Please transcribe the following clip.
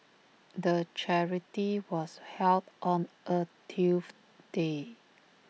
the charity was held on A Tuesday